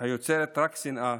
היוצרת רק שנאה